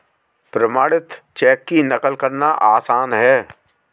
प्रमाणित चेक की नक़ल करना आसान है